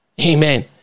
Amen